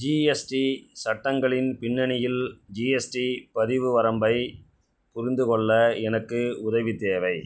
GST சட்டங்களின் பின்னணியில் GST பதிவு வரம்பைப் புரிந்துகொள்ள எனக்கு உதவி தேவை